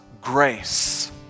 grace